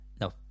No